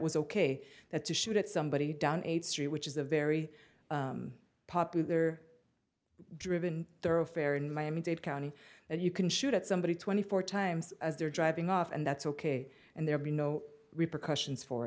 was ok that to shoot at somebody down a street which is a very popular driven thoroughfare in miami dade county and you can shoot at somebody twenty four times as they're driving off and that's ok and there be no repercussions for